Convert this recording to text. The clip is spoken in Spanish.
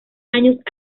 años